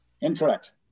Incorrect